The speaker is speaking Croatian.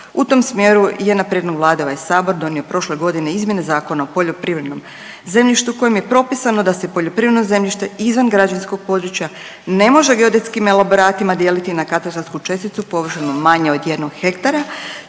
U tom smjeru je na prijedlog Vlade ovaj Sabor donio prošle godine izmjene Zakona o poljoprivrednom zemljištu kojim je propisano da se poljoprivredno zemljište izvan građevinskog područja ne može geodetskim elaboratima dijeliti na katastarsku česticu površinom manje od jednog hektara